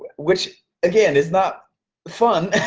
which again, is not fun,